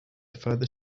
further